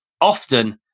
Often